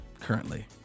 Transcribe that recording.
currently